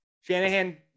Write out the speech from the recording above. Shanahan